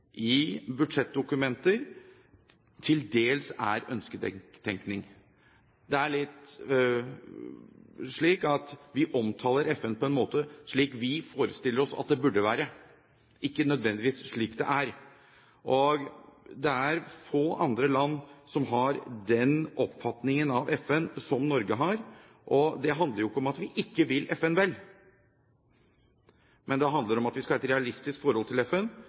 i budsjettdokumenter, til dels er ønsketenkning. Det er litt slik at vi omtaler FN slik vi forestiller oss at det burde være, ikke nødvendigvis slik det er. Det er få andre land som har den oppfatningen av FN som Norge har. Det handler jo ikke om at vi ikke vil FN vel, men det handler om at vi skal ha et realistisk forhold til FN,